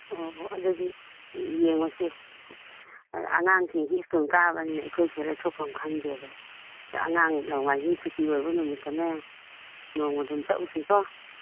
ꯑꯣ ꯑꯣ ꯑꯗꯨꯗꯤ ꯌꯦꯡꯉꯨꯁꯤ ꯑꯉꯥꯡꯁꯤꯡꯁꯤ ꯁ꯭ꯀꯨꯟ ꯀꯥꯕꯅꯤꯅ ꯑꯩꯈꯣꯏꯁꯦ ꯂꯩꯊꯣꯛꯐꯝ ꯈꯪꯗꯦꯕ ꯑꯉꯥꯡ ꯅꯣꯡꯃꯥꯏꯖꯤꯡ ꯁꯨꯇꯤ ꯑꯣꯏꯕ ꯅꯨꯃꯤꯠꯇꯅꯦ ꯅꯣꯡꯃꯗꯨꯝ ꯆꯠꯂꯨꯁꯤꯀꯣ